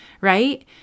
right